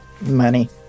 Money